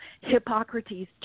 Hippocrates